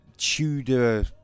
Tudor